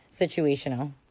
situational